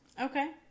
Okay